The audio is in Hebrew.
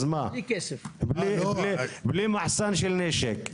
בלי מחסן של נשק.